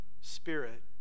spirit